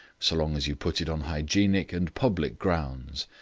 so long as you put it on hygienic and public grounds,